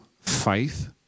faith